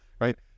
right